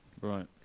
Right